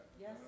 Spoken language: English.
Yes